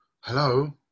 Hello